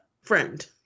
friend